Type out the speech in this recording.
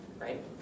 right